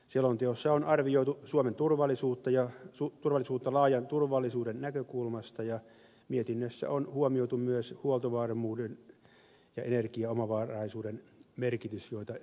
selonteossa on arvioitu suomen turvallisuutta laajan turvallisuuden näkökulmasta ja mietinnössä on huomioitu myös huoltovarmuuden ja energiaomavaraisuuden merkitys joita ed